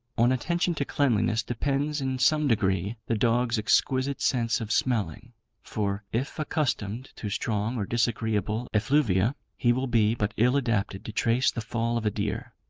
on attention to cleanliness depends, in some degree, the dog's exquisite sense of smelling for, if accustomed to strong or disagreeable effluvia, he will be but ill-adapted to trace the fall of a deer,